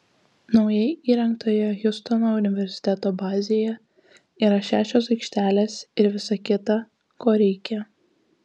naujai įrengtoje hjustono universiteto bazėje yra šešios aikštelės ir visa kita ko reikia